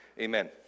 Amen